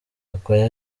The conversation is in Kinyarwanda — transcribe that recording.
gakwaya